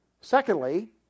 Secondly